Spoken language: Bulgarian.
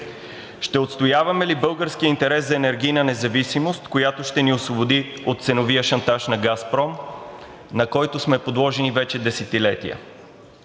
Ще отстояваме ли българския интерес за енергийна независимост, която ще ни освободи от ценовия шантаж на „Газпром“, на който сме подложени вече десетилетия?